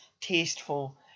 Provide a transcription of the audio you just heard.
tasteful